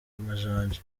amajanja